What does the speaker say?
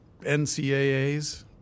NCAAs